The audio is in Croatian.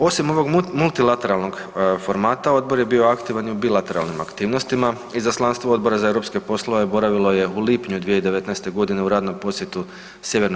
Osim ovog multilateralnog formata, odbor je bio aktivan i u bilateralnim aktivnostima, izaslanstvo Odbora za europske poslove boravilo je u lipnju 2019. g. u radnom posjetu Sj.